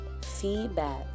feedback